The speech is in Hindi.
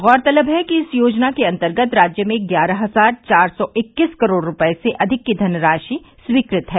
गौरतलब है कि इस योजना के अन्तर्गत राज्य में ग्यारह हजार चार सौ इक्कीस करोड़ रूपये से अधिक की धनराशि स्वीकृत है